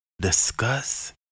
Discuss